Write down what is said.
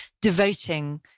devoting